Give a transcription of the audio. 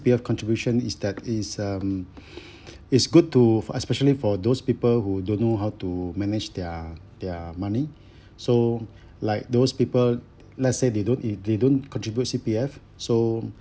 they have contribution is that is um it's good to especially for those people who don't know how to manage their their money so like those people let's say they don't they they don't contribute C_P_F so